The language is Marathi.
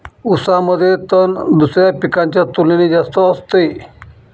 ऊसामध्ये तण दुसऱ्या पिकांच्या तुलनेने जास्त असते